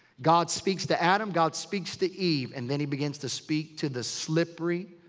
god speaks to adam. god speaks to eve. and then he begins to speak to the slippery,